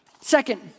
Second